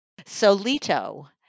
solito